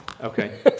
Okay